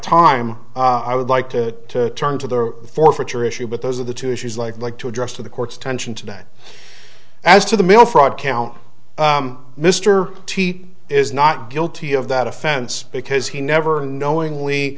time i would like to turn to the forfeiture issue but those are the two issues like like to address to the court's attention today as to the mail fraud count mr t is not guilty of that offense because he never knowingly